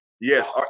Yes